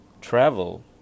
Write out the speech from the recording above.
travel